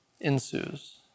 ensues